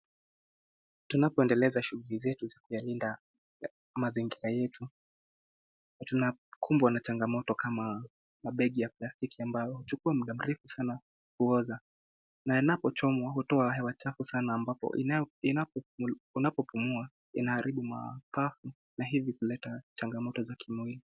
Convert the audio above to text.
Tunapoendeleza shughuli zetu za kuyalinda mazingira yetu, tunakumbwa na changamoto kama mabegi ya plastiki ambayo huchukua muda mrefu sana kuoza. Na yanapochomwa hutoa hewa chafu sana ambapo unapopumua inaharibu mapafu na hivyo huleta changamoto za kimwili.